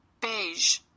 Beige